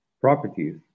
properties